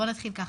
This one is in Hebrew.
בוא נתחיל ככה,